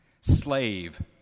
slave